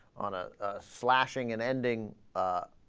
ana slashing in ending ah.